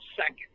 second